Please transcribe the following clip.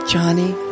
Johnny